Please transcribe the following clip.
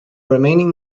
remaining